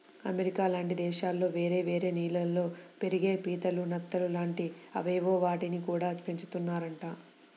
America లాంటి దేశాల్లో వేరే వేరే నీళ్ళల్లో పెరిగే పీతలు, నత్తలు లాంటి అవేవో వాటిని గూడా పెంచుతున్నారంట